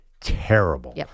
terrible